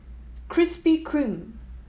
Krispy Kreme